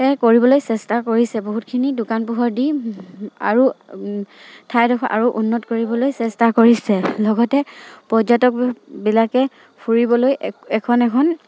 কৰিবলৈ চেষ্টা কৰিছে বহুতখিনি দোকান পোহাৰ দি আৰু ঠাইডোখৰ আৰু উন্নত কৰিবলৈ চেষ্টা কৰিছে লগতে পৰ্যটকবিলাকে ফুৰিবলৈ এখন এখন